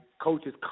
coaches